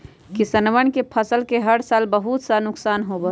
किसनवन के फसल के हर साल बहुत सा नुकसान होबा हई